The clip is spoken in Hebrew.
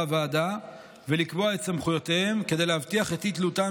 הוועדה ולקבוע את סמכויותיהם כדי להבטיח את אי-תלותם